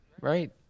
Right